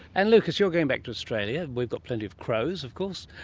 and lucas, you're going back to australia, we've got plenty of crows of course,